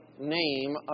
name